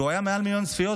והוא היה עם מעל מיליון צפיות,